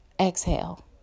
exhale